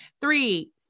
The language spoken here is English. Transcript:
Three